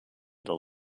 the